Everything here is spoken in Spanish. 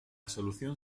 solución